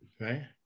right